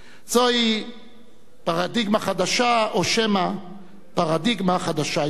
זוהי פרדיגמה חדשה או שמא פרדיגמה חדשה-ישנה,